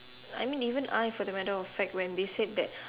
I mean even I for the matter of fact when they said that